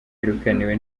yirukaniwe